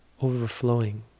overflowing